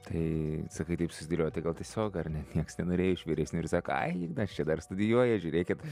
tai sakai taip susidėliojo tai gal tiesiog ar ne nieks nenorėjo iš vyresnių ir sako ai ignas čia dar studijuoja žiūrėkit